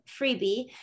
freebie